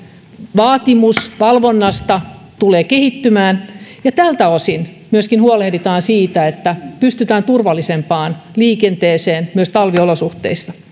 vaatimus valvonnasta tulee kehittymään ja miten tältä osin myöskin huolehditaan siitä että pystytään turvallisempaan liikenteeseen myös talviolosuhteissa